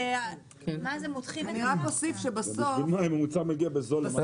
אני רק אוסיף שבסוף השוק